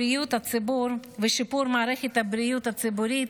בריאות הציבור ושיפור מערכת הבריאות הציבורית,